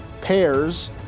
pairs